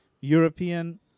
European